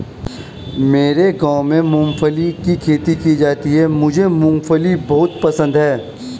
मेरे गांव में मूंगफली की खेती की जाती है मुझे मूंगफली बहुत पसंद है